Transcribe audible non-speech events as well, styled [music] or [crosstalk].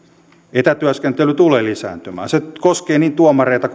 etätyöskentely tulee lisääntymään se koskee niin tuomareita [unintelligible]